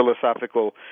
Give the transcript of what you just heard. philosophical